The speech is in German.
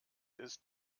ist